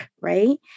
right